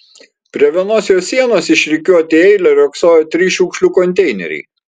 prie vienos jo sienos išrikiuoti į eilę riogsojo trys šiukšlių konteineriai